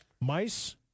Mice